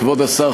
כבוד השר,